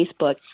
Facebook